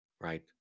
right